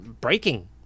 breaking